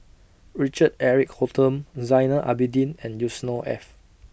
Richard Eric Holttum Zainal Abidin and Yusnor Ef